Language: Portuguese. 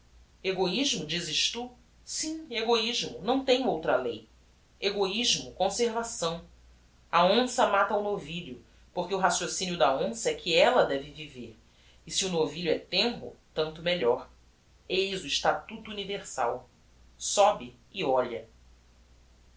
egoismo dizes tu sim egoismo não tenho outra lei egoismo conservação a onça mata o novilho porque o raciocinio da onça é que ella deve viver e se o novilho é tenro tanto melhor eis o estatuto universal sobe e olha